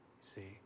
See